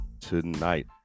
tonight